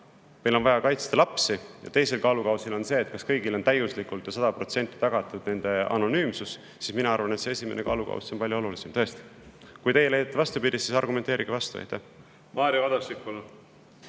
meil on vaja kaitsta lapsi, ja teisel kaalukausil on see, kas kõigile on täiuslikult ja sada protsenti tagatud nende anonüümsus, siis mina arvan, et esimene kaalukauss on palju olulisem. Kui teie leiate vastupidist, siis argumenteerige vastu. Mario Kadastik,